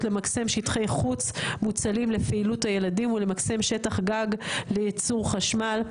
למקסם שטחי חוץ מוצלים לפי --- הילדים ולמקסם שטח גג לייצור חשמל.